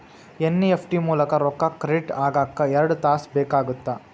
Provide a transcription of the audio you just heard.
NEFT ಮೂಲಕ ರೊಕ್ಕಾ credit ಆಗಾಕ ಎರಡ್ ತಾಸ ಬೇಕಾಗತ್ತಾ